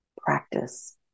practice